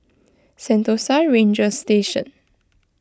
Sentosa Ranger Station